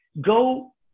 Go